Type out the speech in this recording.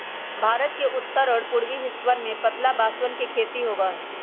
भारत के उत्तर और पूर्वी हिस्सवन में पतला बांसवन के खेती होबा हई